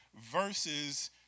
versus